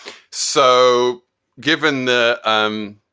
so given the. um